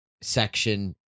section